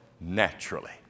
naturally